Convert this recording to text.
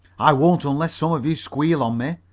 i won't unless some of you squeal on me,